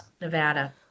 Nevada